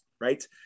right